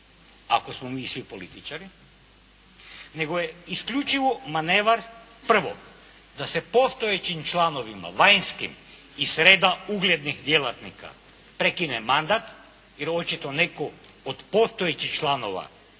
ako smo mi svi političari, nego je isključivo manevar prvog da se postojećim članovima, vanjskim, iz reda uglednih djelatnika prekine mandat, jer očito netko od postojećih članova